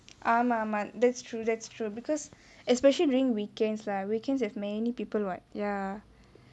ஆமா ஆமா:aama aama that's true that's true because especially during weekends lah weekends there's many people [what] ya